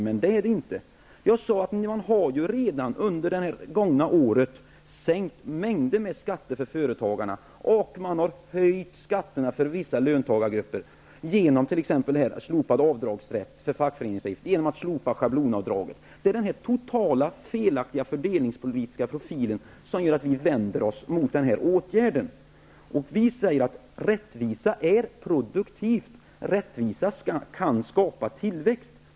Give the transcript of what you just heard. Jag sade tidigare att man redan under det gångna året har sänkt mängder av skatter för företagarna och höjt skatterna för vissa löntagargrupper, t.ex. genom slopad avdragsrätt för fackföreningsavgifter och genom att slopa schablonavdraget. Det är den totalt felaktiga fördelningspolitiska profilen som gör att vi vänder oss mot den här åtgärden. Vi säger att rättvisa är någonting produktivt och kan skapa tillväxt.